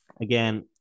again